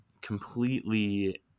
completely